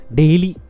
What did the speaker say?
daily